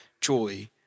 joy